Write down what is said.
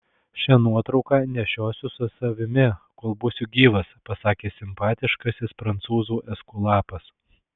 šią nuotrauką nešiosiu su savimi kol būsiu gyvas pasakė simpatiškasis prancūzų eskulapas